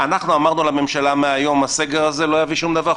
אנחנו אמרנו לממשלה מהיום: הסגר הזה לא יביא שום דבר,